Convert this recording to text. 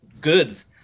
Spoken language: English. goods